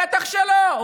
בטח שלא,